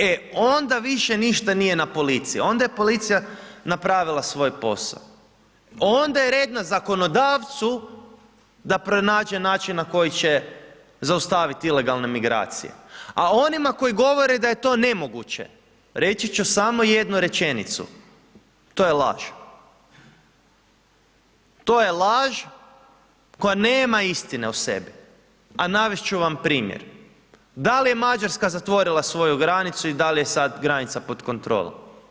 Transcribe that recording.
E onda više ništa nije na policiji, onda je policija napravila svoj posao, onda je red na zakonodavcu da pronađe načina, na koji će zaustaviti ilegalne migracije, a onima koji govore da je to nemoguće, reći ću samo jednu rečenicu, to je laž, to je laž koja nema istine u sebi, a navesti ću vam primjer, da li je Mađarska zatvorila svoju granicu i da li je sad granica pod kontrolom?